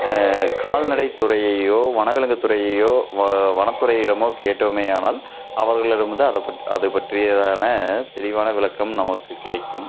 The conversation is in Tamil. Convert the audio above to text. கால்நடை துறையையோ வனவிலங்கு துறையையோ வ வனத்துறையிடமோ கேட்டோமேயானால் அவர்களிடம் இருந்து அத பற் அதைப் பற்றியதான தெளிவான விளக்கம் நமக்கு கிடைக்கும்